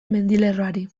mendilerroari